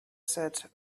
said